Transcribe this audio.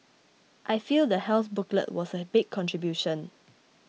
I feel the health booklet was a big contribution